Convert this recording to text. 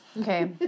okay